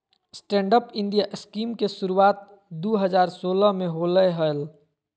stand up India scheme के शुरुआत दू हज़ार सोलह में होलय हल